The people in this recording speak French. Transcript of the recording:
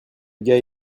gars